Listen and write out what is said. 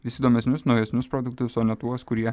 vis įdomesnius naujesnius produktus o ne tuos kurie